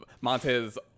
Montez